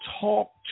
talk